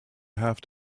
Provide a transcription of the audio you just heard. have